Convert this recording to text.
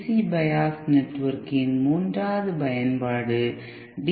C BIOS network இன் மூன்றாவது பயன்பாடு டி